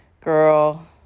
Girl